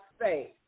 faith